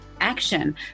action